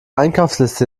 einkaufsliste